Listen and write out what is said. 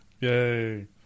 Yay